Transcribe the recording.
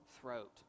throat